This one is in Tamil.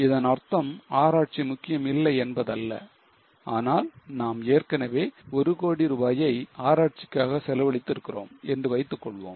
இதன் அர்த்தம் ஆராய்ச்சி முக்கியம் இல்லை என்பதல்ல ஆனால் நாம் ஏற்கனவே ஒரு கோடி ரூபாயை ஆராய்ச்சிக்காக செலவழித்து இருக்கிறோம் என்று வைத்துக் கொள்வோம்